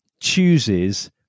chooses